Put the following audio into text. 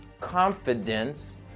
confidence